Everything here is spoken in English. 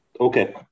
Okay